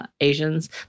Asians